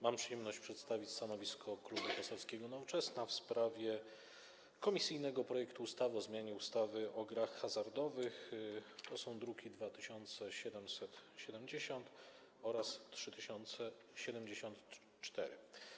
Mam przyjemność przedstawić stanowisko Klubu Poselskiego Nowoczesna w sprawie komisyjnego projektu ustawy o zmianie ustawy o grach hazardowych, druki nr 2770 oraz 3074.